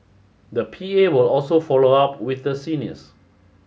the P A will also follow up with the seniors